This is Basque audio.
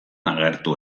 agertu